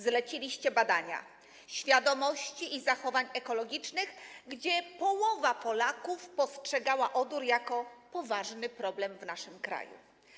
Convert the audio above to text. Zleciliście badania świadomości i zachowań ekologicznych, gdzie połowa Polaków postrzegała odór jako poważny problem w naszym kraju.